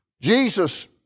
Jesus